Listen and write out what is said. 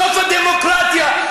סוף הדמוקרטיה,